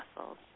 muscles